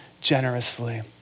generously